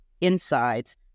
insides